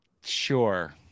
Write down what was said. sure